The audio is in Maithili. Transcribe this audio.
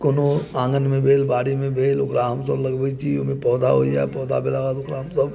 कोनो आँगन मे भेल बारी मे भेल ओकरा हमसब लगबै छी ओहिमे पौधा होइया पौधा भेला के बाद ओकरा हमसब